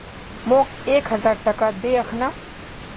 मोक एक हजार टका दे अखना